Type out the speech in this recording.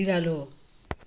बिरालो